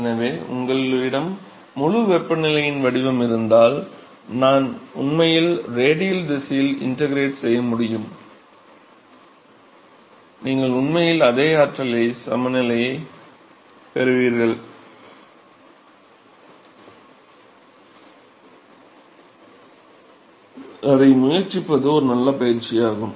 எனவே உங்களிடம் முழு வெப்பநிலையின் வடிவம் இருந்தால் நாங்கள் உண்மையில் ரேடியல் திசையில் இன்டெக்ரேட் செய்ய முடியும் நீங்கள் உண்மையில் அதே ஆற்றல் சமநிலையைப் பெறுவீர்கள் அதை முயற்சிப்பது ஒரு நல்ல பயிற்சியாகும்